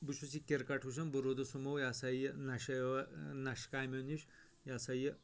بہٕ چھُس یہِ کِرکٹ وُچھان بہٕ روُدس ہُمو یہ ہسا یہِ نشہ نشہٕ کامیٚو نِش یہ ہسا یہِ